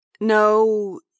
No